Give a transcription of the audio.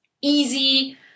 easy